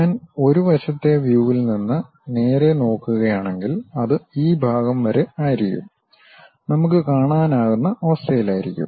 ഞാൻ ഒരു വശത്തെ വ്യുവിൽ നിന്ന് നേരെ നോക്കുകയാണെങ്കിൽ അത് ഈ ഭാഗം വരെ ആയിരിക്കും നമുക്ക് കാണാനാകുന്ന അവസ്ഥയിലായിരിക്കും